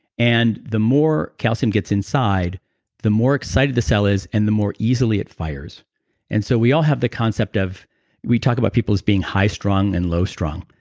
and the more calcium gets inside the more excited the cell is and the more easily it fires and so, we all the concept of we talk about people as being high strung and low strung.